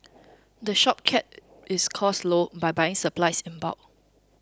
the shop keeps its costs low by buying its supplies in bulk